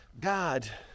God